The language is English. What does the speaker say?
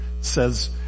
says